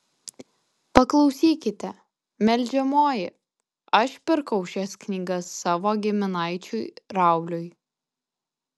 paklausykite meldžiamoji aš pirkau šias knygas savo giminaičiui rauliui